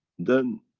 then,